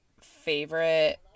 favorite